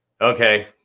okay